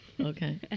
Okay